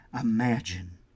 imagine